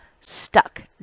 stuck